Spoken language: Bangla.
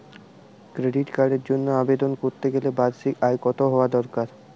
ক্রেডিট কার্ডের জন্য আবেদন করতে গেলে বার্ষিক আয় কত হওয়া দরকার?